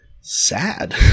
sad